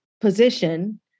position